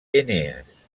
enees